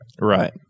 Right